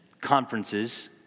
conferences